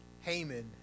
Haman